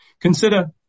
Consider